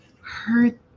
hurt